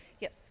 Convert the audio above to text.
Yes